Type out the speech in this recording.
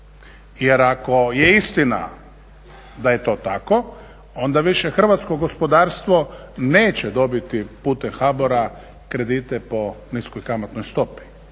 jer ako je istina da je to tako, onda više hrvatsko gospodarstvo neće dobiti putem HBOR-a kredite po niskoj kamatnoj stopi.